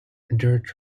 dirt